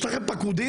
יש לכם פקודים,